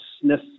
sniff